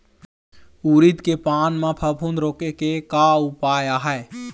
उरीद के पान म फफूंद रोके के का उपाय आहे?